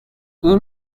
این